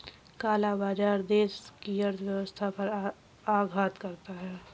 काला बाजार देश की अर्थव्यवस्था पर आघात करता है